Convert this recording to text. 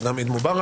אז גם איד מובארק.